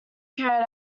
carried